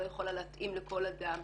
לא יכולה להתאים לכל אדם,